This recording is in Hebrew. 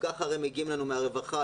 מגיעים אלינו מהרווחה,